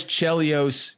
Chelios